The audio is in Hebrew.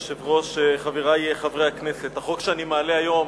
היושב-ראש, חברי חברי הכנסת, החוק שאני מעלה היום,